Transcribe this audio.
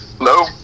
No